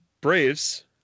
Braves